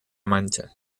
mancha